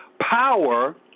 power